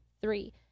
three